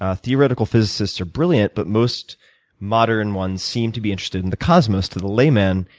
ah theoretical physicists are brilliant, but most modern ones seem to be interested in the cosmos. to the layman,